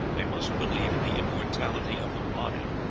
they must believe in the immortality of the body,